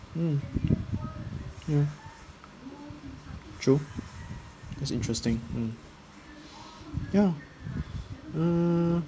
mm ya true that's interesting mm ya uh